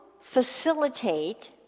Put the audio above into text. facilitate